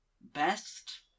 Best